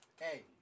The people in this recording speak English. Hey